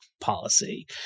policy